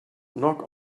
knock